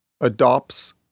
adopts